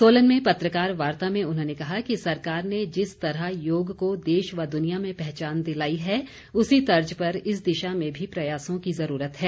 सोलन में पत्रकार वार्ता में उन्होंने कहा कि सरकार ने जिस तरह योग को देश व दुनिया में पहचान दिलाई है उसी तर्ज पर इस दिशा में भी प्रयासों की ज़रूरत है